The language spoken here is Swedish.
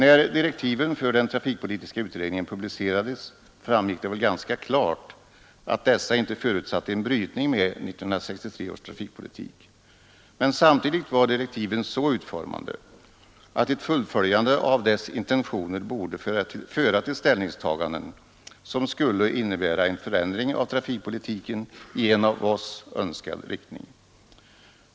Då direktiven för den trafikpolitiska utredningen publicerades framgick det väl ganska klart att dessa inte förutsatte en brytning med 1963 års trafikpolitik. Men samtidigt var direktiven så utformade att ett fullföljande av intentionerna borde föra till ställningstaganden som skulle innebära en förändring av trafikpolitiken i av oss önskad riktning.